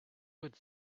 would